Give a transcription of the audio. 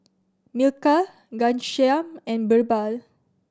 Milkha Ghanshyam and Birbal